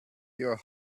your